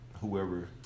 Whoever